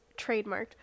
trademarked